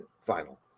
final